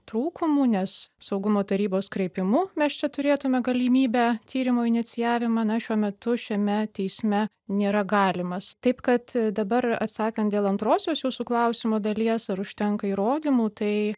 trūkumų nes saugumo tarybos kreipimu mes čia turėtume galimybę tyrimo inicijavimą na šiuo metu šiame teisme nėra galimas taip kad dabar atsakant dėl antrosios jūsų klausimo dalies ar užtenka įrodymų tai